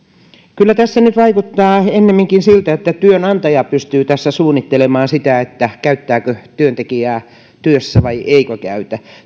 kyllä nyt vaikuttaa ennemminkin siltä että työnantaja pystyy tässä suunnittelemaan sitä käyttääkö työntekijää työssä vai eikö käytä